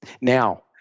Now